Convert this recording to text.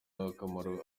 akamaro